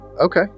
okay